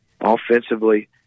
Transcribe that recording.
Offensively